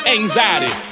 anxiety